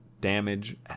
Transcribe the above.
damage